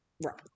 Right